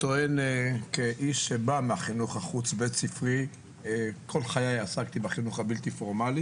כאיש שבא מהחינוך החוץ-בית-ספרי ועסק כל חייו בחינוך הבלתי פורמלי